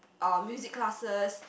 um music classes